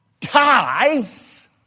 ties